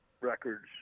records